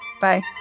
Bye